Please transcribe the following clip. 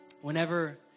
Whenever